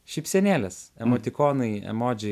šypsenėlės emotikonai emodžiai